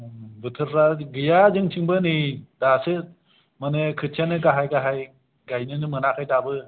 ओं बोथोरफ्रा गैया जोंनिथिंबो नै दासो माने खोथियाआनो गाहाय गाहाय गायनोनो मोनाखै दाबो